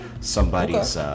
somebody's